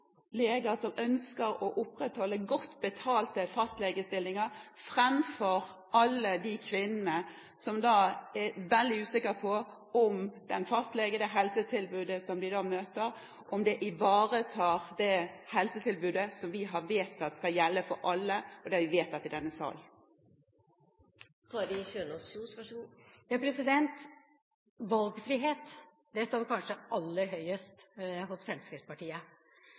leger, som ønsker å opprettholde godt betalte fastlegestillinger, framfor alle de kvinnene som er veldig usikre på om fastlegen og helsetilbudet som de møter, ivaretar det helsetilbudet som vi har vedtatt i denne salen at skal gjelde for alle. Valgfrihet står kanskje aller høyest hos Fremskrittspartiet, og valgfriheten til å kunne vite hva slags holdning din egen fastlege har, lå til grunn da vi